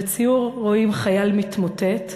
בציור רואים חייל מתמוטט,